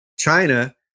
China